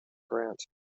grant